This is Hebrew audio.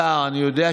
הוסרו.